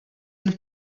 jen